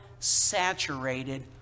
Saturated